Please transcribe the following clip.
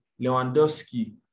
Lewandowski